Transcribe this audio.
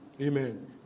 Amen